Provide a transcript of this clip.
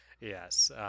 Yes